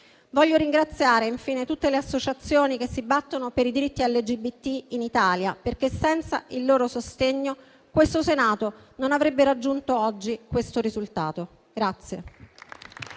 Voglio ringraziare infine tutte le associazioni che si battono per i diritti LGBT in Italia, perché senza il loro sostegno questo Senato non avrebbe raggiunto oggi questo risultato.